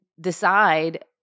decide